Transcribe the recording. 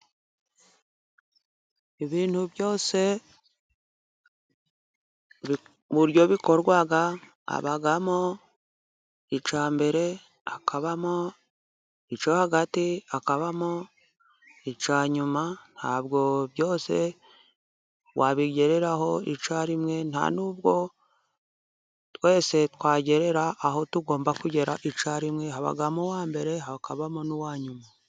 Ibintu byose uburyo bikorwa habamo icya mbere, hakabamo icyo hagati, hakabamo icya nyuma ntabwo byose wabigereho icyarimwe, nta n'ubwo twese twagerera aho tugomba kugera icyarimwe, habamo uwa mbere hakabamo n'uwa nyuma.